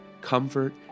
comfort